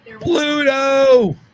Pluto